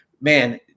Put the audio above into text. man